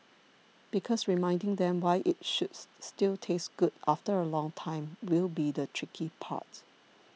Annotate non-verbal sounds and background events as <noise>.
because reminding them why it should <noise> still taste good after a long time will be the tricky part